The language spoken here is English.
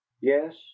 yes